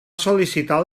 sol·licitar